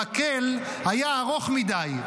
המקל היה ארוך מדי,